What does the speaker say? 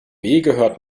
gehört